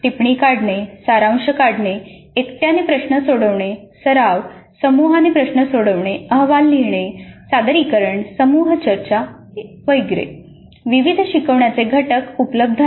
टिप्पणी काढणे सारांश काढणे एकट्याने प्रश्न सोडवणे सराव समूहाने प्रश्न सोडवणे अहवाल लिहिणे सादरीकरण समूह चर्चा वगैरे विविध शिकवण्याचे घटक उपलब्ध आहेत